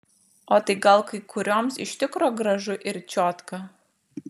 o tai gal kai kurioms iš tikro gražu ir čiotka